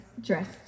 dressed